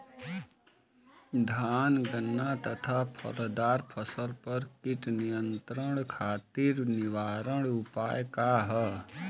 धान गन्ना तथा फलदार फसल पर कीट नियंत्रण खातीर निवारण उपाय का ह?